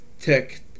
tech